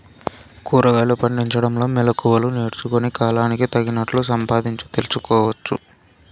కూరగాయలు పండించడంలో మెళకువలు నేర్చుకుని, కాలానికి తగినట్లు సంపాదించు తెలుసుకోవచ్చు